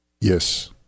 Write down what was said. Yes